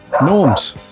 Norms